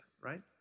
right